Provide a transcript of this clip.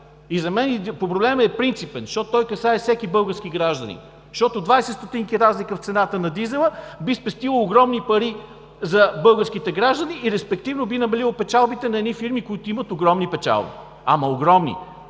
И за мен проблемът е принципен, защото той касае всеки български гражданин. Защото 20 ст. разлика в цената на дизела би спестило огромни пари за българските граждани и респективно би намалило печалбите на едни фирми, които имат огромни печалби. Ама огромни.